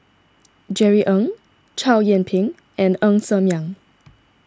Jerry Ng Chow Yian Ping and Ng Ser Miang